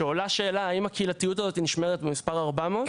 שעולה שאלה האם הקהילתיות הזאת נשמרת במספר 400,